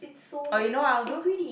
oh you know what I'll do